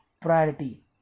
priority